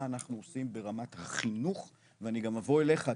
אנחנו עושים ברמת החינוך ואני גם אבוא אליך,